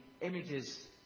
images